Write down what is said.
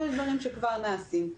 ויש דברים שכבר נעשים.